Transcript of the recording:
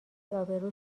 ابرو